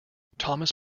thomas